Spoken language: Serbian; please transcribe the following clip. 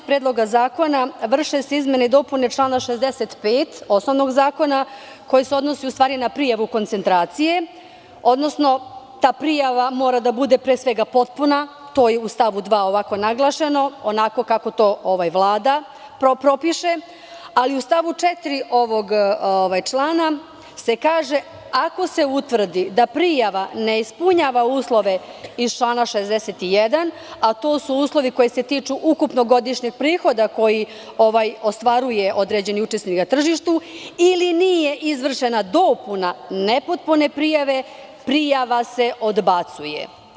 Predloga zakona vrše se izmene i dopune člana 65. osnovnog zakona, koji se odnosi u stvari na prijavu o koncentracije, odnosno ta prijava mora da bude, pre svega potpuna, to je u stavu 2. ovako naglašeno, onako kako to Vlada propiše, ali u stavu 4. ovog člana se kaže – ako se utvrdi da prijava ne ispunjava uslove iz člana 61, a to su uslovi koji se tiču ukupnog godišnjeg prihoda koji ostvaruje određeni učesnik na tržištu ili nije izvršena dopuna nepotpune prijave, prijava se odbacuje.